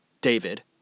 David